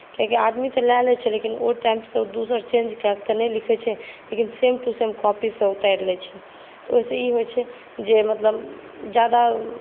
किआकि आदमी तऽ लए लैत छै लेकिन ओ टाइपसँ दोसर चेञ्ज कऽ के तऽ नहि लिखैत छै लेकिन सेम टु सेम कॉपीसँ उतारि लैत छै तऽ ओहिसँ ई होइत छै जे मतलब ज्यादा